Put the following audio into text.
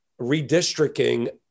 redistricting